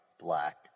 Black